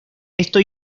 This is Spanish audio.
esto